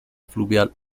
fluvial